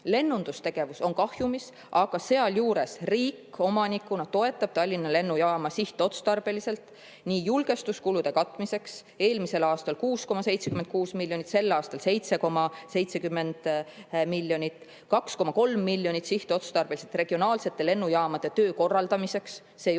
Lennundustegevus on kahjumis, aga sealjuures riik omanikuna toetab Tallinna Lennujaama sihtotstarbeliselt julgestuskulude katmisel: eelmisel aastal 6,76 miljoniga, sel aastal 7,7 miljoniga. 2,3 miljonit [on riik andnud] sihtotstarbeliselt regionaalsete lennujaamade töö korraldamiseks – see ei ole